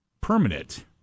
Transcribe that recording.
permanent